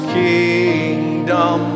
kingdom